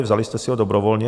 Vzali jste si ho dobrovolně.